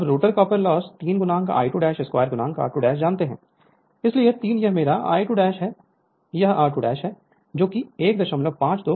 अब rotor copper loss 3 I22 r2 जानते हैं इसलिए 3 यह मेरा I22 है यह r2 है जो 152 किलोवाट है